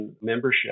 membership